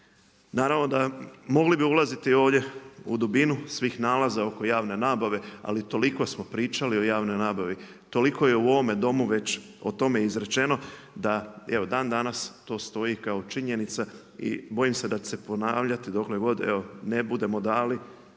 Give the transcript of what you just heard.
Naravno da, mogli bi ulaziti ovdje u dubinu svih nalaza oko javne nabave, ali toliko smo pričali o javnoj nabavi, toliko je u ovome Domu već o tome izrečeno da evo dan danas to stoji kao činjenica i bojim se da će se ponavljati dokle god,